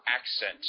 accent